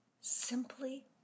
simply